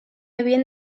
havien